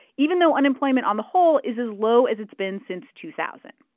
even though unemployment on the whole is as low as it's been since two thousand.